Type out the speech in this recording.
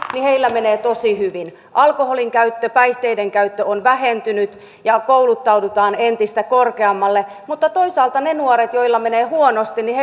menee tosi hyvin alkoholin käyttö päihteiden käyttö on vähentynyt ja kouluttaudutaan entistä korkeammalle mutta toisaalta niillä nuorilla joilla menee huonosti